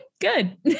Good